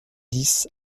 dix